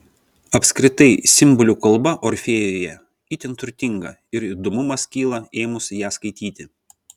apskritai simbolių kalba orfėjuje itin turtinga ir įdomumas kyla ėmus ją skaityti